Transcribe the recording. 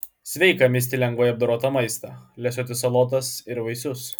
sveika misti lengvai apdorotą maistą lesioti salotas ir vaisius